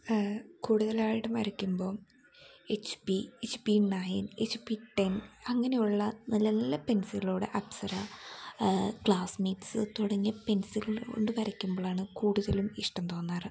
കൂടുതലായിട്ടും വരയ്ക്കുമ്പോൾ H P H P nine H P ten അങ്ങനെയുള്ള നല്ല നല്ല പെൻസിലുകളോടെ അപ്സര ക്ലാസ്മേറ്റ്സ് തുടങ്ങിയ പെൻസിലുകൾ കൊണ്ട് വരയ്ക്കുമ്പോളാണ് കൂടുതലും ഇഷ്ടം തോന്നാറ്